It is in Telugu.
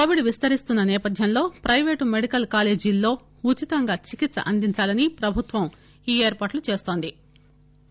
కొవిడ్ విస్తరిస్తున్న నేపథ్యంలో పైవేటు మెడికల్ కాలేజీల్లో ఉచితంగా చికిత్స అందించాలని ప్రభుత్వం ఈ ఏర్పాట్లుచేస్తున్న ది